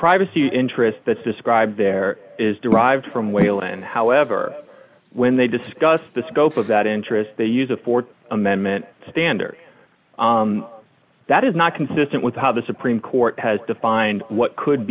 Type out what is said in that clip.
privacy interest that's described there is derived from whalen however when they discuss the scope of that interest they use a th amendment standard that is not consistent with how the supreme court has defined what could